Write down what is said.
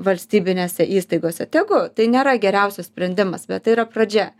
valstybinėse įstaigose tegu tai nėra geriausias sprendimas bet tai yra pradžia